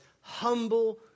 Humble